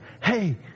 Hey